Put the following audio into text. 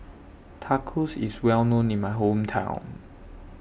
Tacos IS Well known in My Hometown